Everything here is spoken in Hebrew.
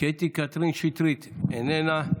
קטי קטרין שטרית, איננה,